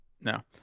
no